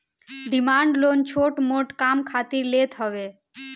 demand loan छोट मोट काम खातिर लेत हवे